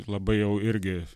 labai jau irgi